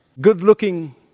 good-looking